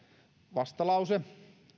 vastalause